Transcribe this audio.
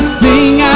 sing